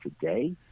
today